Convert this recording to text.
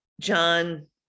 John